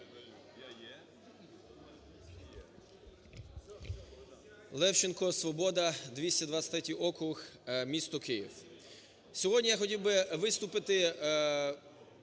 Левченко, "Свобода", 223 округ, місто Київ.